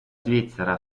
svizzera